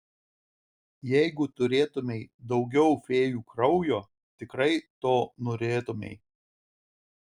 jeigu turėtumei daugiau fėjų kraujo tikrai to norėtumei